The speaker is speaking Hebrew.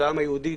של העם היהודי,